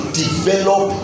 develop